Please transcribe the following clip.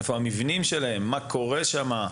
איפה המבנים שלהם ומה קורה שם?